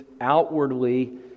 outwardly